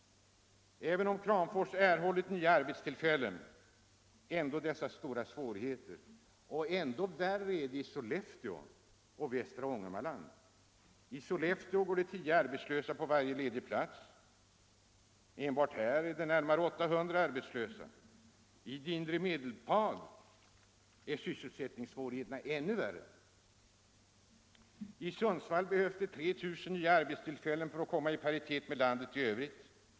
Även om Kramfors erhållit nya arbetstillfällen finns ändå dessa stora svårigheter. Ännu värre är det i Sollefteå och i västra Ångermanland. I Sollefteå går det tio arbetslösa på varje ledig plats; enbart här är det närmare 800 arbetslösa. I inre Medelpad är sysselsättningssvårigheterna ännu större. I Sundsvall behövs det 3 000 nya arbetstillfällen för att man skall komma i paritet med landet i övrigt.